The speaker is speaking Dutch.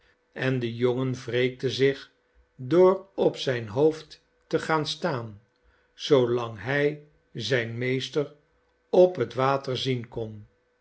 en de jongen wreekte zich door op zijn hoofd te gaan staan zoolang hij zijn meester op het water zien kon